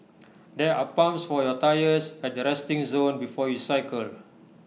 there are pumps for your tyres at the resting zone before you cycle